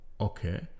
Okay